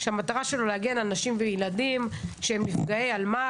שהמטרה שלו להגן על נשים וילדים שהם נפגעי אלמ"ב,